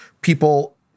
People